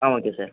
ah okay sir